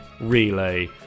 Relay